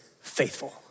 faithful